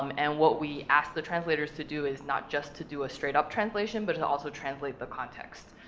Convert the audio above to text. um and what we asked the translators to do is not just to do a straight up translation, but to also translate the context,